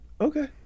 Okay